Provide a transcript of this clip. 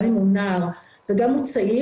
גם אם הוא נער וגם אם הוא צעיר,